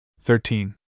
Thirteen